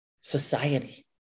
society